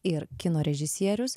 ir kino režisierius